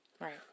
right